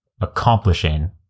accomplishing